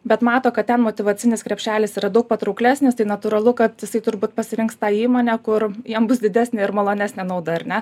bet mato kad ten motyvacinis krepšelis yra daug patrauklesnis tai natūralu kad jisai turbūt pasirinks tą įmonę kur jam bus didesnė ir malonesnė nauda ar ne